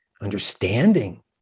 understanding